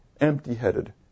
empty-headed